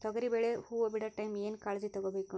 ತೊಗರಿಬೇಳೆ ಹೊವ ಬಿಡ ಟೈಮ್ ಏನ ಕಾಳಜಿ ತಗೋಬೇಕು?